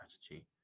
strategy